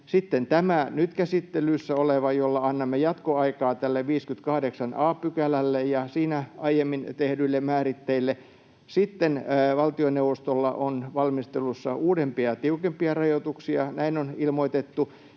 Sitten on tämä nyt käsittelyssä oleva, jolla annamme jatkoaikaa tälle 58 a §:lle ja siinä aiemmin tehdyille määritteille. Sitten valtioneuvostolla on valmistelussa uudempia ja tiukempia rajoituksia, näin on ilmoitettu.